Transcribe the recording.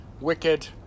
wicked